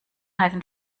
heißen